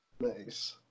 Nice